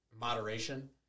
moderation